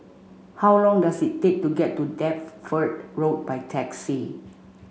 how long does it take to get to Deptford Road by taxi